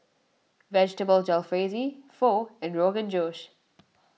Vegetable Jalfrezi Pho and Rogan Josh